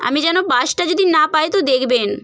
আমি যেন বাসটা যদি না পাই তো দেখবেন